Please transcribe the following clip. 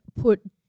put –